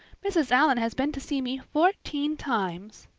mrs. allan has been to see me fourteen times.